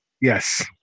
Yes